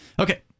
Okay